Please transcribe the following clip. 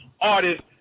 artist